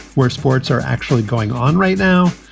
where sports are actually going on right now.